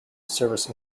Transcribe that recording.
service